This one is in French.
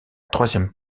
troisième